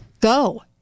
Go